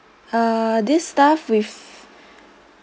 uh this staff with